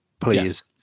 please